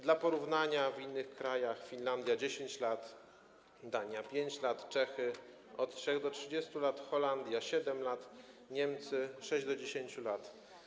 Dla porównania inne kraje: Finlandia - 10 lat, Dania - 5 lat, Czechy - od 3 do 30 lat, Holandia - 7 lat, Niemcy - od 6 do 10 lat.